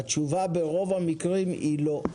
התשובה ברוב המקרים היא שלילית.